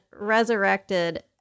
resurrected